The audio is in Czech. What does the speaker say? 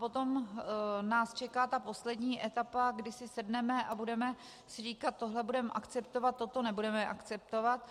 Potom nás čeká poslední etapa, kdy si sedneme a budeme si říkat, co budeme akceptovat, co nebudeme akceptovat.